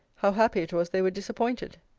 how happy it was they were disappointed!